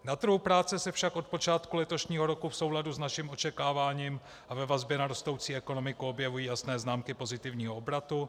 Na trhu práce se však od počátku letošního roku v souladu s naším očekáváním a ve vazbě na rostoucí ekonomiku objevují jasné známky pozitivního obratu.